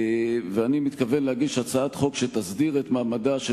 ואני מתכוון להגיש הצעת חוק שתסדיר את מעמדה של